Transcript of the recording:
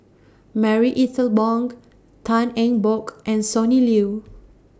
Marie Ethel Bong Tan Eng Bock and Sonny Liew